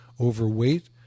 overweight